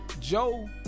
Joe